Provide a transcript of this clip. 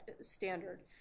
standard